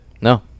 No